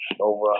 over